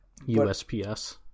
usps